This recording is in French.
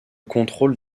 contrôle